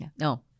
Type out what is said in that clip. No